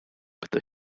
pyta